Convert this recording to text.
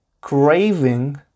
craving